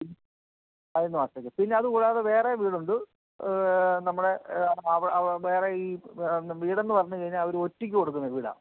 പതിനൊന്ന് മാസത്തേക്ക് പിന്നെ അത് കൂടാതെ വേറെ വീടുണ്ട് നമ്മുടെ വേറെ ഈ വീടെന്ന് പറഞ്ഞ് കഴിഞ്ഞാൽ അവർ ഒറ്റയ്ക്ക് കൊടുക്കുന്ന വീടാ